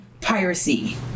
piracy